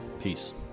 Peace